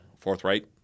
forthright